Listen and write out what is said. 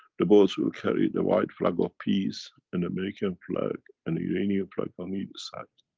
the boats will carry the white flag of peace and american flag and iranian flag on either side.